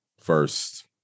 first